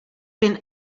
been